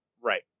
Right